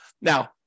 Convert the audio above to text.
Now